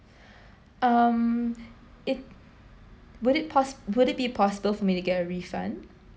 um it would it pos~ would it be possible for me to get a refund